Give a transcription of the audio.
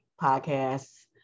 Podcasts